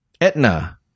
Etna